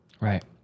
Right